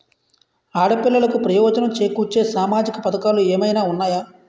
ఆడపిల్లలకు ప్రయోజనం చేకూర్చే సామాజిక పథకాలు ఏమైనా ఉన్నాయా?